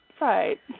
Right